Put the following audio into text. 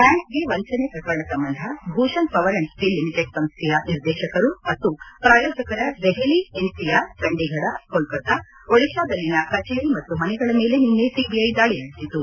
ಬ್ಲಾಂಕ್ಗೆ ವಂಚನೆ ಪ್ರಕರಣ ಸಂಬಂಧ Bhushan power and steel limited ಸಂಸ್ನೆಯ ನಿರ್ದೇಶಕರು ಮತ್ತು ಪ್ರಾಯೋಜಕರ ದೆಹಲಿ ಎನ್ಸಿಆರ್ ಚಂಡೀಫಡ ಕೊಲ್ಲತಾ ಒಡಿತಾದಲ್ಲಿನ ಕಚೇರಿ ಮತ್ತು ಮನೆಗಳ ಮೇಲೆ ನಿನ್ನೆ ಸಿಬಿಐ ದಾಳಿ ನಡೆಸಿತು